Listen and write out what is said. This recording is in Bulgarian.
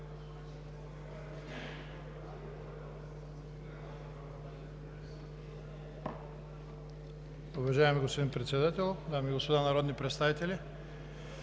Уважаеми господин Председател, дами и господа народни представители!